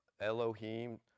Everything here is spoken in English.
Elohim